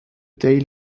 day